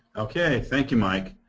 ok. thank you mike.